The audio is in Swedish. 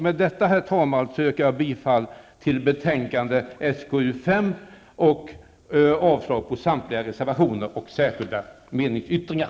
Med detta, herr talman, yrkar jag bifall till hemställan i betänkande SkU5 och avslag på samtliga reservationer och särskilda meningsyttringar.